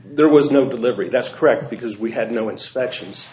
there was no delivery that's correct because we had no inspections